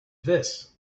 this